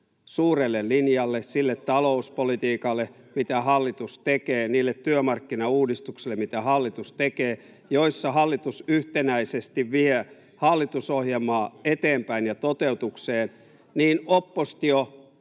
suurelle linjalle, sille talouspolitiikalle, mitä hallitus tekee, niille työmarkkinauudistuksille, [Välihuutoja — Vasemmalta: Ei ole todellista!] mitä hallitus tekee, joissa hallitus yhtenäisesti vie hallitusohjelmaa eteenpäin ja toteutukseen, niin oppositio